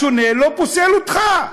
השונה לא פוסל אותך.